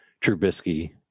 Trubisky